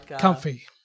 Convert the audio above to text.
comfy